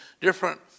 different